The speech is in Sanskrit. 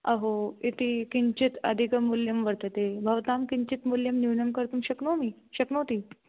अहो इति किञ्चित् अधिकं मूल्यं वर्तते भवतां किञ्चित् मूल्यं न्यूनं कर्तुं शक्नोमि शक्नोति